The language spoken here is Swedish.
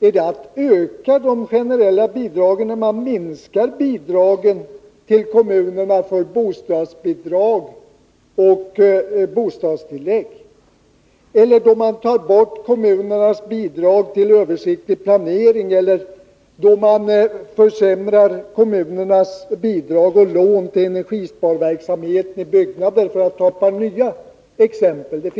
Är det att öka de generella bidragen när man minskar bidragen till kommunerna för bostadsbidrag och bostadstillägg eller då man tar bort kommunernas bidrag till översiktlig planering eller försämrar kommunernas bidrag och lån till energisparåtgärder för byggnader? Detta är ett par exempel —